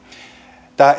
tämä